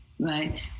Right